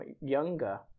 younger